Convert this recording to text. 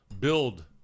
build